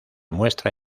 muestra